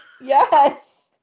Yes